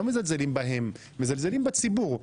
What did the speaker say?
לא מזלזלים בהם, מזלזלים בציבור.